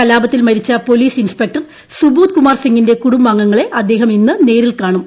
കലാപത്തിൽ മരിച്ചു police inspector Subodh Kumar സിംഗിന്റെ കുടുംബാംഗങ്ങളെ അദ്ദേഹം ഇന്ന് നേരിൽ കാണും